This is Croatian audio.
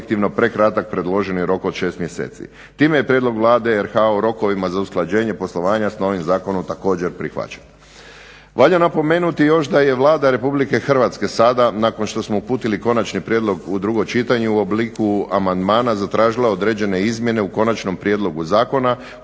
prekratak predloženi rok od 6 mjeseci. Time je prijedlog Vlade RH o rokovima za usklađenje poslovanja s novim zakonom također prihvaćen. Valja napomenuti još da je Vlada Republike Hrvatske sada nakon što smo uputili konačni prijedlog u drugo čitanje u obliku amandmana zatražila određene izmjene u konačnom prijedlogu zakona